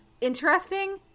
interesting